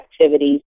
activities